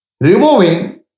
removing